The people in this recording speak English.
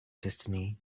destiny